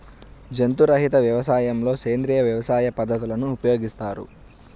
జంతు రహిత వ్యవసాయంలో సేంద్రీయ వ్యవసాయ పద్ధతులను ఉపయోగిస్తారు